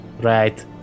Right